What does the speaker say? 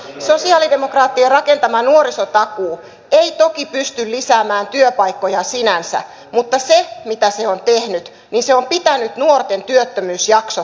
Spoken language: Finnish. sosialidemokraattien rakentama nuorisotakuu ei toki pysty lisäämään työpaikkoja sinänsä mutta se mitä se on tehnyt niin se on pitänyt nuorten työttömyysjaksot lyhyinä